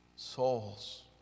Souls